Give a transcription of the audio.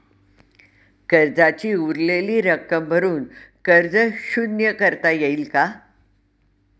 कर्जाची उरलेली रक्कम भरून कर्ज शून्य करता येईल का?